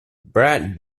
brad